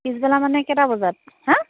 পিছবেলা মানে কেইটা বজাত হা